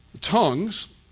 Tongues